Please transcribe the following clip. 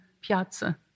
piazza